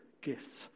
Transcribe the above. gifts